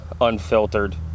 unfiltered